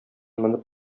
менеп